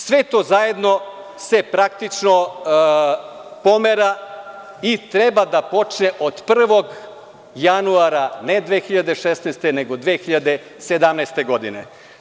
Sve to zajedno se praktično pomera i treba da počne od prvog januara ne 2016. godine, nego 2017. godine.